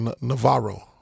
Navarro